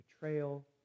betrayal